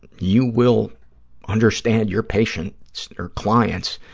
you will understand your patients or clients